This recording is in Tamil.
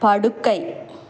படுக்கை